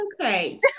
okay